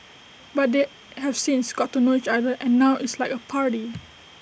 but they have since got to know each other and now it's like A party